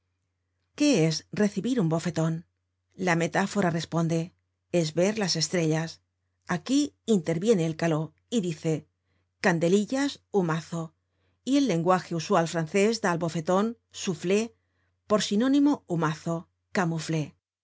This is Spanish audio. qué es recibir un bofeton la metáfora responde es ver las estre llas aquí interviene el caló y dice candelillas humazo y el lenguaje usual francés da al bofeton soufflet por sinónimo humazo